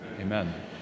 Amen